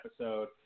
episode